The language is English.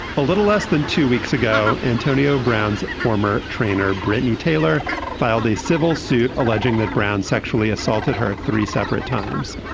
a little less than two weeks ago antonio brown's former trainer brittany taylor filed a civil suit alleging that brown sexually assaulted her. three separate times.